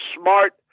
smart